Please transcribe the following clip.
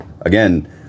again